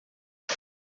ubu